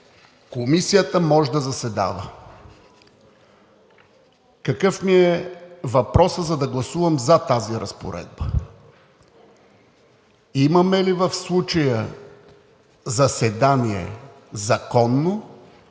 комисията може да заседава.“ Какъв ми е въпросът, за да гласувам за тази разпоредба: имаме ли в случая законно